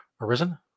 arisen